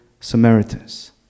Samaritans